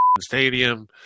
stadium